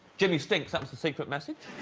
jimmy stinks, that was a secret message.